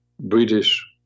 British